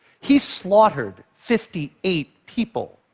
he slaughtered fifty eight people.